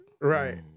Right